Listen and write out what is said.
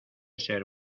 ser